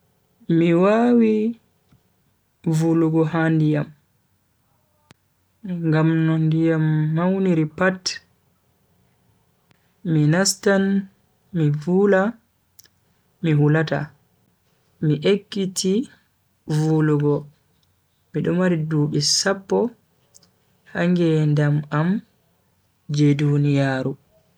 Mi wawi vulugo ha ndiyam. Ngam no ndiyam mauniri pat mi nastan mi vula mi hulata. Mi ekkiti vulugo mido mari dubi sappo ha ngedam am je duniyaaru.